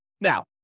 Now